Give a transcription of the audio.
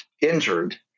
injured